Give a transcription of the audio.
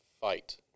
fight